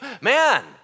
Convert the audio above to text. Man